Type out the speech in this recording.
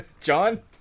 John